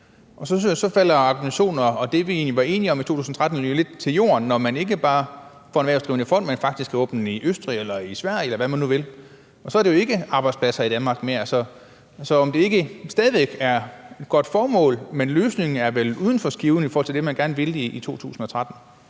Og så falder argumentationen og det, vi egentlig var enige om i 2013, jo lidt til jorden, når man ikke bare får en erhvervsdrivende fond, men faktisk kan åbne i Østrig eller i Sverige, eller hvor man nu vil, og så er det jo ikke arbejdspladser i Danmark. Så jeg vil spørge, om det ikke stadig væk er et godt formål, men hvor løsningen vel er uden for skiven i forhold til det, man gerne ville i 2013.